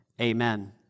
Amen